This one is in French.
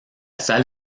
salle